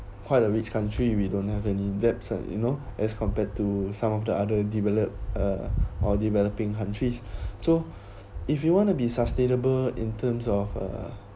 quite a rich country we don't have any lapse eh you know as compared to some of the other developed uh developing countries so if you wanna be sustainable in terms of uh